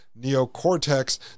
neocortex